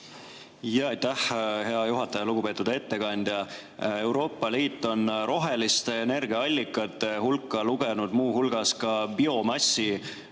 Aitäh, hea juhataja! Lugupeetud ettekandja! Euroopa Liit on roheliste energiaallikate hulka lugenud muu hulgas ka biomassi.